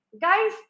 guys